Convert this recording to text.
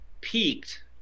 peaked